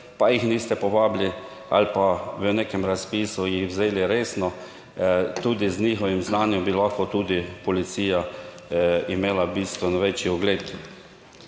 pa jih niste povabili ali pa v nekem razpisu jih vzeli resno. Tudi z njihovim znanjem bi lahko tudi policija imela bistveno večji ugled.